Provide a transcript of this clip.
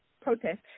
protest